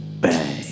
Bang